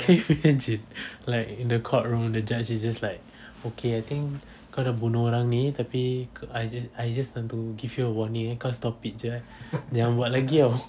can you imagine like in the courtroom the judge is just like okay I think kau dah bunuh orang ni tapi I just I just want to give you a warning eh kau stop jer eh jangan buat lagi [tau]